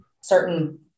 certain